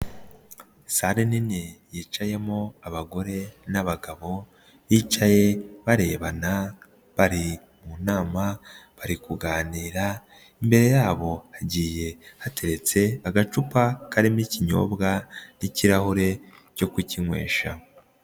Sare nini yicayemo abagore n'abagabo bicaye barebana bari mu nama bari kuganira, imbere yabo hagiye hateretse agacupa karimo ikinyobwa n'ikirahure cyo kukinywesha.